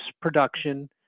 production